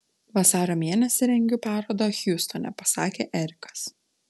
vasario mėnesį rengiu parodą hjustone pasakė erikas